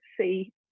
see